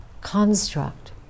construct